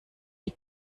die